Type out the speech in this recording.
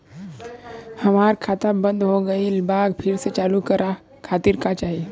हमार खाता बंद हो गइल बा फिर से चालू करा खातिर का चाही?